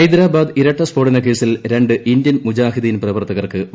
ഹൈദ്രാബാദ് ഇരട്ട സ്ഫോടനകേസിൽ രണ്ട് ഇന്ത്യൻ മുജാഹിദ്ദീൻ പ്രവർത്തകർക്ക് വധശിക്ഷ